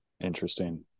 Interesting